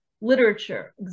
literature